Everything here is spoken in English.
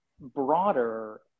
broader